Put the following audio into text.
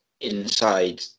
inside